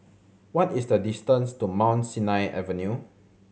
what is the distance to Mount Sinai Avenue